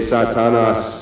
Satanas